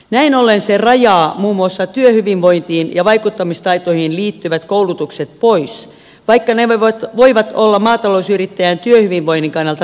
näin ollen se rajaa muun muassa työhyvinvointiin ja vaikuttamistaitoihin liittyvät koulutukset pois vaikka nämä voivat olla maatalousyrittäjän työhyvinvoinnin kannalta tärkeitä